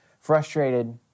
frustrated